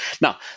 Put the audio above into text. Now